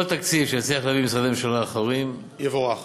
כל תקציב שנצליח להביא ממשרדי ממשלה אחרים, יבורך.